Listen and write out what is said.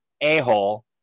a-hole